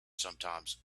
sometimes